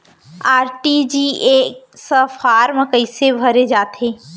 RTGS form कइसे भरे जाथे?